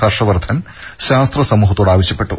ഹർഷവർദ്ധൻ ശാസ്ത്ര സമൂഹത്തോട് ആവശ്യപ്പെട്ടു